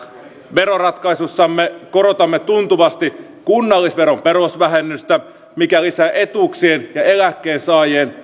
veroratkaisussamme korotamme tuntuvasti kunnallisveron perusvähennystä mikä lisää etuuksia saavien ja eläkkeensaajien